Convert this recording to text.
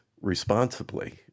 responsibly